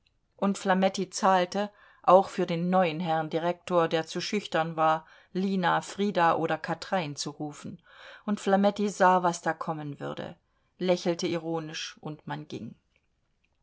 und flametti zahlte auch für den neuen herrn direktor der zu schüchtern war lina frieda oder kathrein zu rufen und flametti sah was da kommen würde lächelte ironisch und man ging